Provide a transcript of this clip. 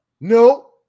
No